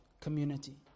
community